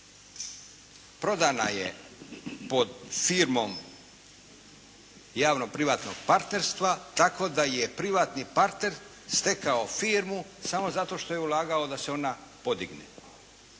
prodana je pod firmom javno privatnog partnerstva tako da je privatni partner stekao firmu samo zato što je ulagao da se ona podigne.